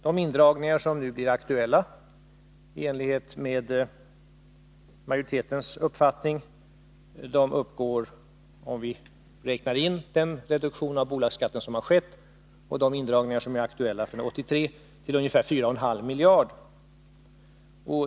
De indragningar som nu i enlighet med majoritetens uppfattning blir aktuella för 1983 uppgår — om vi räknar in den reduktion av bolagsskatten som har skett — till ungefär 4,5 miljarder.